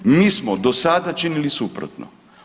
Mi smo do sada činili suprotno.